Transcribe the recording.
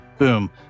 Boom